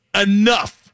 enough